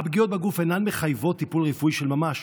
הפגיעות בגוף אינן מחייבות טיפול רפואי של ממש,